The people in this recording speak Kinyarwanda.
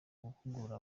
guhugura